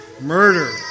murder